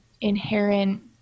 inherent